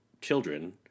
children